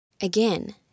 Again